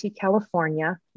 California